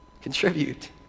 Contribute